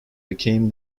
became